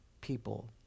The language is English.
people